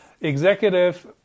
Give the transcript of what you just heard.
executive